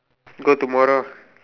go to tomorrow